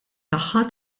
tagħha